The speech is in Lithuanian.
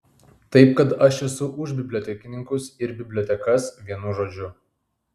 taip kad aš esu už bibliotekininkus ir bibliotekas vienu žodžiu